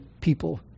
people